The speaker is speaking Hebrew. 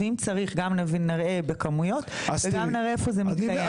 וגם צריך גם נראה בכמויות וגם נראה איפה זה מתקיים.